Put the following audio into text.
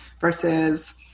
versus